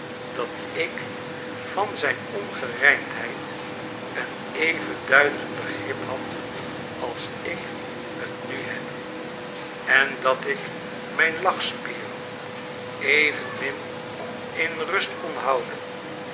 dat ik van zijn ongerijmdheid een even duideltik begrip had als ik t nu heb en dat ik mijn lachtspieren evenmin in rust kon houden